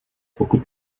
pokud